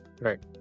Right